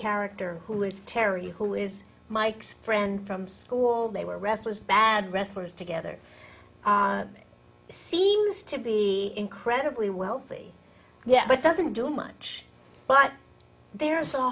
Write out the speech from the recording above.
character who is terry who is mike's friend from school they were wrestlers bad wrestlers together seems to be incredibly wealthy yeah but doesn't do much but there's a